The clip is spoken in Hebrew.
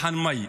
.